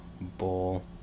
Bowl